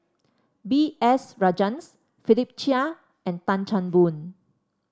B S Rajhans Philip Chia and Tan Chan Boon